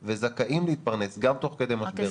וזכאים להתפרנס גם תוך כדי משבר הקורונה.